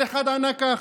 כל אחד ענה ככה.